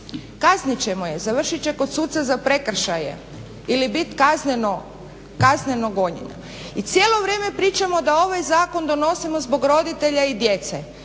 Kaznit ćemo je, završit će kod suca za prekršaje ili bit kazneno gonjena. I cijelo vrijeme pričamo da ovaj zakon donosimo zbog roditelja i djece